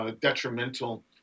detrimental